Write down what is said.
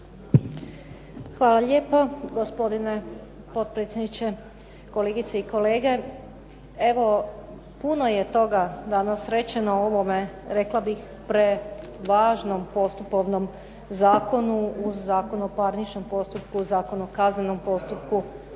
Hvala lijepo gospodine potpredsjedniče. Kolegice i kolege. Evo, puno je toga danas rečeno o ovome rekla bih prevažnom postupovnom zakonu uz Zakon o parničnom postupku, Zakon o kaznenom postupku